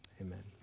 amen